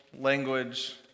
language